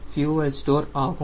fuel store ஆகும்